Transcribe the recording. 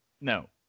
No